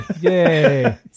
Yay